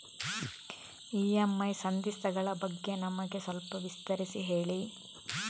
EMI ಸಂಧಿಸ್ತ ಗಳ ಬಗ್ಗೆ ನಮಗೆ ಸ್ವಲ್ಪ ವಿಸ್ತರಿಸಿ ಹೇಳಿ